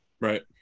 Right